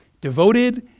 devoted